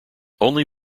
only